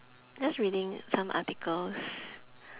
just reading some articles